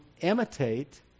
imitate